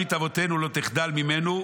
ברית אבותינו לא תחדל ממנו,